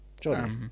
Johnny